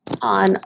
on